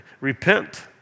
Repent